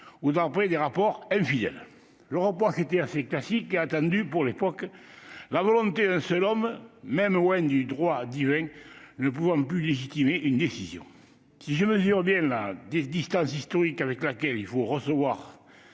ou d'après des rapports infidèles ». Le reproche était assez classique et attendu pour l'époque, la volonté d'un seul homme, même oint du droit divin, ne pouvant plus légitimer une décision. Si je mesure bien la distance historique avec laquelle il faut recevoir